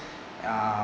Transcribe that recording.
uh